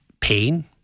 pain